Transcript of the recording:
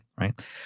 right